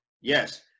Yes